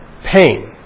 pain